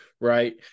Right